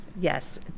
Yes